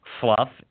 fluff